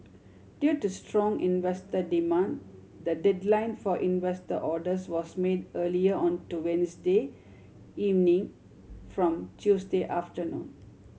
due to strong investor demand the deadline for investor orders was made earlier on to Wednesday evening from Tuesday afternoon